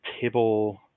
table